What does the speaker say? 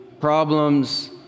problems